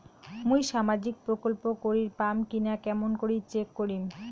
মুই সামাজিক প্রকল্প করির পাম কিনা কেমন করি চেক করিম?